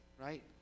right